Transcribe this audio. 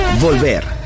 volver